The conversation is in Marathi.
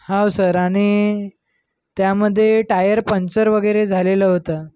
हो सर आणि त्यामध्ये टायर पंचर वगैरे झालेलं होतं